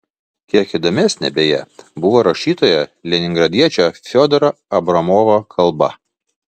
kiek įdomesnė beje buvo rašytojo leningradiečio fiodoro abramovo kalba